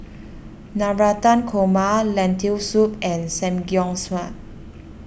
Navratan Korma Lentil Soup and Samgyeopsal